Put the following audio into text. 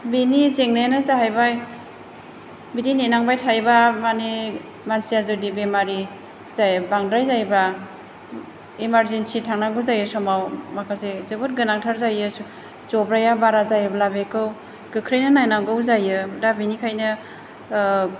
बेनि जेंनायानो जाहैबाय बिदि नेनांबाय थायोबा माने मानसिया जुदि बेमारि जायो बांद्राय जायोबा इमार्जेन्सि थांनांगौ जानाय समाव माखासे जोबोद गोनांथार जायो जब्राया बारा जायोब्ला बेखौ गोख्रैनो नायनांगौ जायो दा बेनिखायनो